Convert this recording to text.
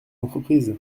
entreprise